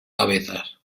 cabezas